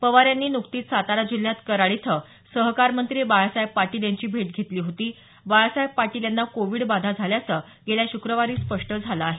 पवार यांनी नुकतीच सातारा जिल्ह्यात कराड इथं सहकार मंत्री बाळासाहेब पाटील यांची भेट घेतली होती बाळासाहेब पाटील यांना कोविड बाधा झाल्याचं गेल्या श्क्रवारी स्पष्ट झालं आहे